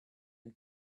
and